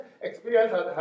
experience